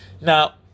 Now